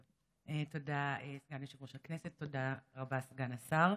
תודה, סגן יושב-ראש הכנסת, תודה רבה, סגן השר.